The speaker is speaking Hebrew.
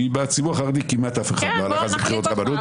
בציבור החרדי כמעט אף אחד לא הלך לבחינות לרבנות.